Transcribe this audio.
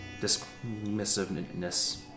dismissiveness